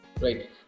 Right